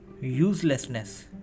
uselessness